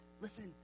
listen